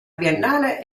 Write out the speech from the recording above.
biennale